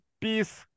peace